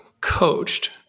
coached